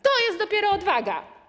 To jest dopiero odwaga.